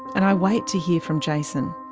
and i wait to hear from jason.